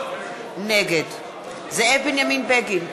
נגד זאב בנימין בגין,